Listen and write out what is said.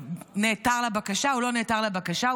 הוא לא נעתר לבקשה,